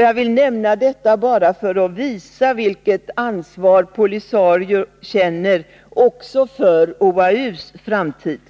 Jag vill nämna detta bara för att visa vilket ansvar POLISARIO känner också för OAU:s framtid.